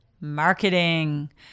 marketing